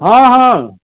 ହଁ ହଁ